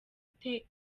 ute